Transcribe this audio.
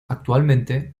actualmente